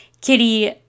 Kitty